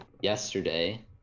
yesterday